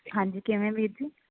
ਹਾਂਜੀ ਕਿਵੇਂ ਵੀਰ ਜੀ